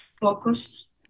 focus